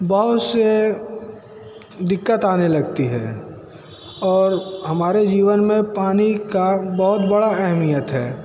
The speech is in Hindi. बहुत सी दिक्कत आने लगती है और हमारे जीवन में पानी का बहुत बड़ी अहमियत है